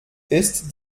ist